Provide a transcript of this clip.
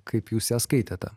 kaip jūs ją skaitėte